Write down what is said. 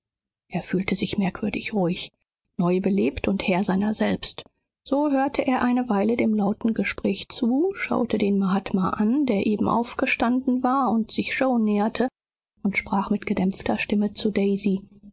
er fühlte sich merkwürdig ruhig neubelebt und herr seiner selbst so hörte er eine weile dem lauten gespräch zu schaute den mahatma an der eben aufgestanden war und sich yoe näherte und sprach mit gedämpfter stimme zu daisy